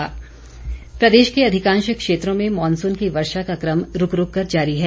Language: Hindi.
मौसम प्रदेश के अधिकांश क्षेत्रों में मॉनसून की वर्षा का क्रम रूक रूक कर जारी है